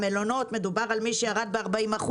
במלונות מדובר על מי שירד ב-40%.